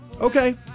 Okay